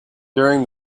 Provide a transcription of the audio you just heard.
during